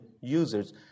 users